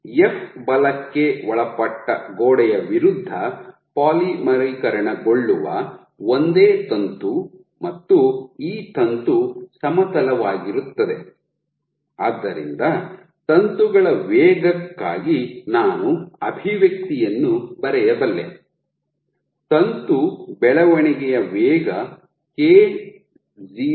F ಬಲಕ್ಕೆ ಒಳಪಟ್ಟ ಗೋಡೆಯ ವಿರುದ್ಧ ಪಾಲಿಮರೀಕರಣಗೊಳ್ಳುವ ಒಂದೇ ತಂತು ಮತ್ತು ಈ ತಂತು ಸಮತಲವಾಗಿರುತ್ತದೆ ಆದ್ದರಿಂದ ತಂತುಗಳ ವೇಗಕ್ಕಾಗಿ ನಾನು ಅಭಿವ್ಯಕ್ತಿಯನ್ನು ಬರೆಯಬಲ್ಲೆ ತಂತು ಬೆಳವಣಿಗೆಯ ವೇಗ KonC